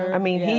i mean, he,